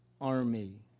army